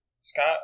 Scott